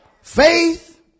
Faith